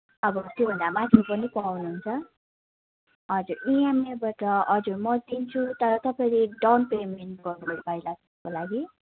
अब त्योभन्दा माथि पनि पाउनुहुन्छ हजुर इएमआईबाट हजुर म दिन्छु तर तपाईँले डाउनपेमेन्ट गर्नुपर्ला त्यसको लागि